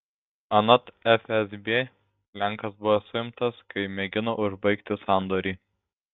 anot fsb lenkas buvo suimtas kai mėgino užbaigti sandorį